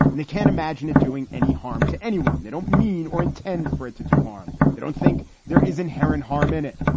and they can't imagine it doing any harm to anyone. they don't mean or intend for it to do harm. they don't think there is inherent harm in it.